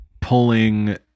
pulling